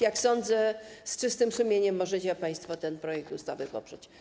Jak sądzę, z czystym sumieniem możecie państwo ten projekt ustawy poprzeć.